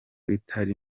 itari